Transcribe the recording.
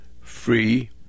free